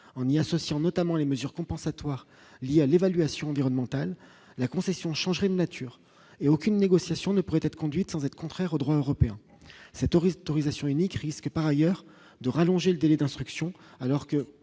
en y associant notamment les mesures compensatoires y à l'évaluation environnementale la concession changerait de nature et aucune négociation ne pourrait être conduite, sans être contraire au droit européen 7 heures historique unique risque par ailleurs de rallonger le délai d'instruction alors que